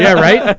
yeah right?